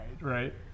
right